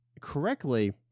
correctly